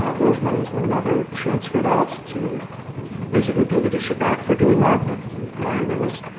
ah those monies were never transferred out to basically pay the district back for doing that. but my agreement was,